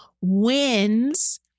wins